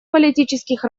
политических